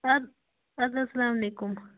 اَدٕ اَدٕ حظ سلام علیکُم